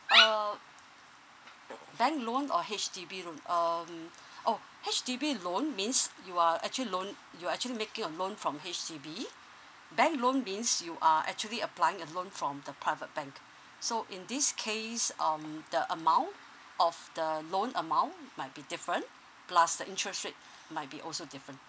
uh bank loan or H_D_B loan um !ow! H_D_B loan means you are actually loan you are actually making a loan from H_D_B bank loan means you are actually applying a loan from the private bank so in this case um the amount of the loan amount might be different plus the interest rate might be also different